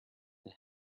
the